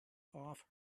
off